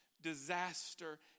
disaster